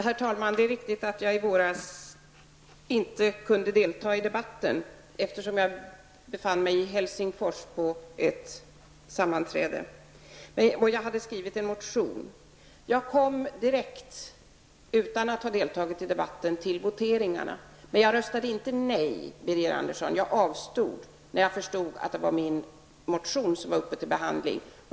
Herr talman! Det är riktigt att jag i våras inte kunde delta i den debatt då min motion togs upp, eftersom jag befann mig i Helsingfors på ett sammanträde. Jag kom direkt till voteringarna, utan att ha deltagit i debatten, men jag röstade inte nej, utan jag avstod när jag förstod att det var min motion som hade varit uppe till behandling.